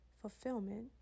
fulfillment